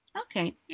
okay